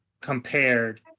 compared